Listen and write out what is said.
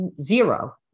zero